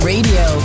Radio